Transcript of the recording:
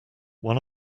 one